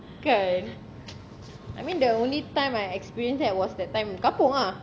kan I mean the only time I experienced that was that time kampung lah